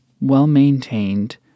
well-maintained